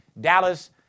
Dallas